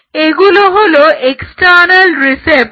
এগুলো হলো external receptor